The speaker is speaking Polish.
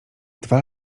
dwa